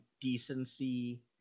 decency